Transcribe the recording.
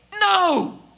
No